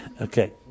Okay